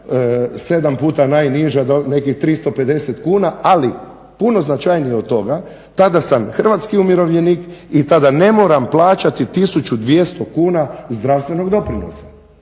7 puta najniže nekih 350 kuna. Ali puno značajnije od toga tada sam hrvatski umirovljenik i tada ne moram plaćati 1200 kuna zdravstvenog doprinosa.